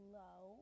low